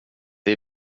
det